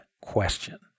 question